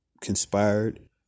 conspired